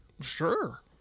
Sure